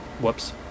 whoops